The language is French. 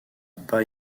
pas